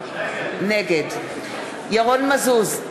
נגד ירון מזוז,